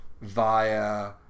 via